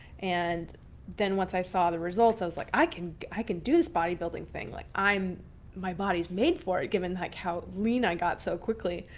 and then once i saw the results i was like, i can i can do this bodybuilding thing. like my body's made for it given like how lean i got so quickly.